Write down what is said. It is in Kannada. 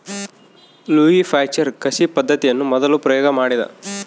ಲ್ಯೂಯಿ ಪಾಶ್ಚರ್ ಕಸಿ ಪದ್ದತಿಯನ್ನು ಮೊದಲು ಪ್ರಯೋಗ ಮಾಡಿದ